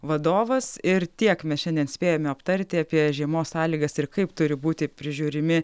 vadovas ir tiek mes šiandien spėjome aptarti apie žiemos sąlygas ir kaip turi būti prižiūrimi